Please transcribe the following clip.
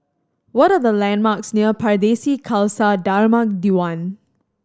what are the landmarks near Pardesi Khalsa Dharmak Diwan